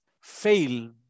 fail